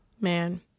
Man